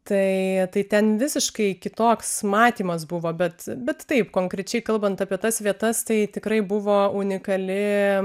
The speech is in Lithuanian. tai tai ten visiškai kitoks matymas buvo bet bet taip konkrečiai kalbant apie tas vietas tai tikrai buvo unikali